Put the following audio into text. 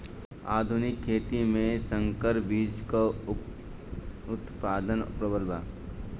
आधुनिक खेती में संकर बीज क उतपादन प्रबल बा